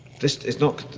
this is not.